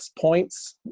points